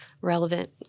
relevant